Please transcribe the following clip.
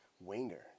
winger